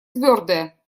твердое